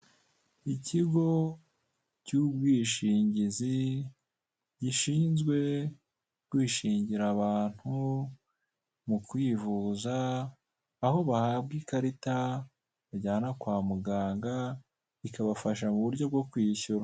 Ikigo cy'ubwishingizi gishinzwe kwishingira abantu mu kwivuza aho bahabwa ikarita bajyana kwa muganga ikabafasha mu buryo bwo kwishyura.